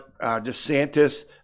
DeSantis